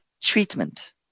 treatment